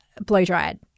blow-dried